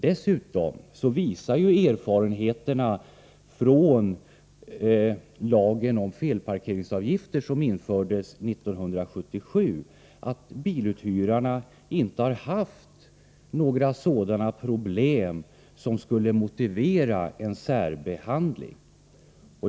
Dessutom visar erfarenheterna av lagen om felparkeringsavgifter, som infördes 1977, att biluthyrarna inte har haft några problem av ett slag som skulle motivera en särbehandling.